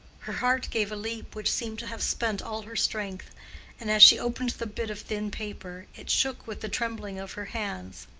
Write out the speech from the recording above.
her heart gave a leap which seemed to have spent all her strength and as she opened the bit of thin paper, it shook with the trembling of her hands.